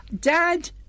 dad